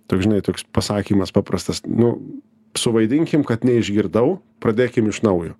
toks žinai toks pasakymas paprastas nu suvaidinkim kad neišgirdau pradėkim iš naujo